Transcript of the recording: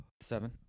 Seven